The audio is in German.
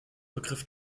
begriff